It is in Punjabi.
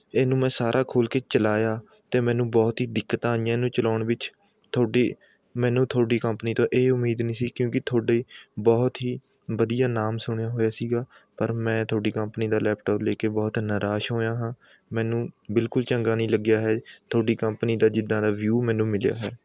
ਇਹਨੂੰ ਮੈਂ ਸਾਰਾ ਖੋਲ੍ਹ ਕੇ ਚਲਾਇਆ ਤਾਂ ਮੈਨੂੰ ਬਹੁਤ ਹੀ ਦਿੱਕਤਾਂ ਆਈਆਂ ਇਹਨੂੰ ਚਲਾਉਣ ਵਿੱਚ ਤੁਹਾਡੀ ਮੈਨੂੰ ਤੁਹਾਡੀ ਕੰਪਨੀ ਤੋਂ ਇਹ ਉਮੀਦ ਨਹੀਂ ਸੀ ਕਿਉਂਕਿ ਤੁਹਾਡਾ ਬਹੁਤ ਹੀ ਵਧੀਆ ਨਾਮ ਸੁਣਿਆ ਹੋਇਆ ਸੀ ਪਰ ਮੈਂ ਤੁਹਾਡੀ ਕੰਪਨੀ ਦਾ ਲੈਪਟੋਪ ਲੈ ਕੇ ਬਹੁਤ ਨਿਰਾਸ਼ ਹੋਇਆ ਹਾਂ ਮੈਨੂੰ ਬਿਲਕੁਲ ਚੰਗਾ ਨਹੀਂ ਲੱਗਿਆ ਹੈ ਤੁਹਾਡੀ ਕੰਪਨੀ ਦਾ ਜਿੱਦਾਂ ਦਾ ਵਿਊ ਮੈਨੂੰ ਮਿਲਿਆ ਹੈ